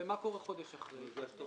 ומה קורה חודש אחרי זה בעניין אחר?